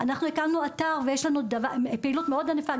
ישבנו עם ההורים,